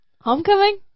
homecoming